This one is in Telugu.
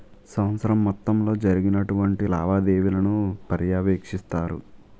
సంవత్సరం మొత్తంలో జరిగినటువంటి లావాదేవీలను పర్యవేక్షిస్తారు